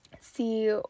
see